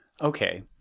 okay